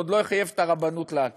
הוא עוד לא חייב את הרבנות להכיר,